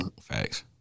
Facts